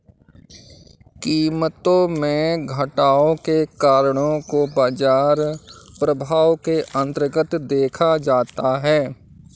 कीमतों में घटाव के कारणों को बाजार प्रभाव के अन्तर्गत देखा जाता है